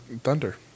thunder